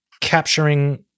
capturing